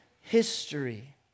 history